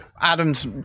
Adam's